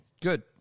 Good